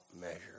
measure